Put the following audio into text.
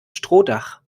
strohdach